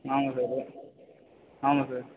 ஆமாம் சார் ஆமாம் சார்